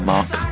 Mark